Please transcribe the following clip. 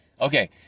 Okay